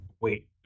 wait